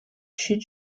chute